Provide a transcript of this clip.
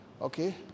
Okay